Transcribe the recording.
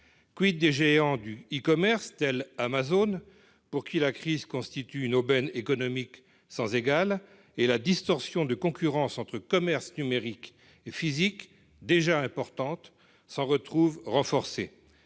des géants du e-commerce, tels qu'Amazon, pour qui la crise constitue une aubaine économique sans égale ? La distorsion de concurrence entre commerce numérique et commerce physique, déjà importante, se trouve renforcée.